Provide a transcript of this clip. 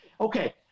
okay